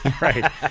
right